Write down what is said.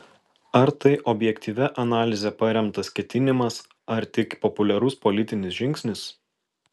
ar tai objektyvia analize paremtas ketinimas ar tik populiarus politinis žingsnis